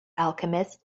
alchemist